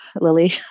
Lily